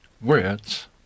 words